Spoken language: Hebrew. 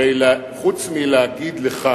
הרי חוץ מלהגיד לך